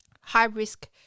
high-risk